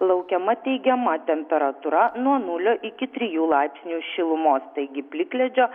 laukiama teigiama temperatūra nuo nulio iki trijų laipsnių šilumos taigi plikledžio